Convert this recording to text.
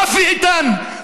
רפי איתן,